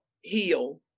heal